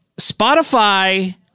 Spotify